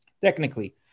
technically